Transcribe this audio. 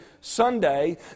Sunday